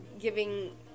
giving